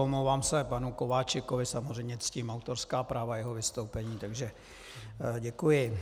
Omlouvám se panu Kováčikovi, samozřejmě ctím autorská práva jeho vystoupení, takže děkuji.